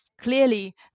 clearly